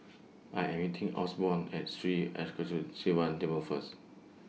I Am meeting Osborne At Sri Arasakesari Sivan Temple First